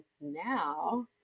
now